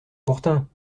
courtin